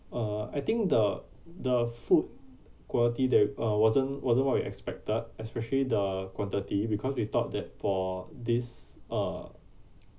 uh I think the the food quality there uh wasn't wasn't what we expected especially the quantity because we thought that for this uh